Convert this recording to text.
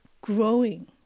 growing